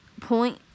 point